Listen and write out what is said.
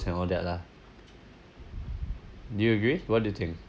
and all that lah do you agree what do you think